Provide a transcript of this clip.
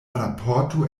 raporto